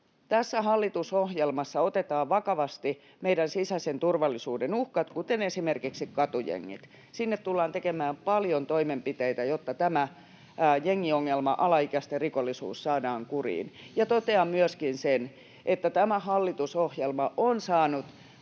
Tässä hallitusohjelmassa otetaan vakavasti meidän sisäisen turvallisuuden uhkat, esimerkiksi katujengit. Sinne tullaan tekemään paljon toimenpiteitä, jotta tämä jengiongelma, alaikäisten rikollisuus, saadaan kuriin. Totean myöskin sen, että tämä hallitusohjelma on saanut